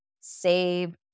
Save